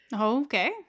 okay